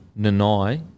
Nanai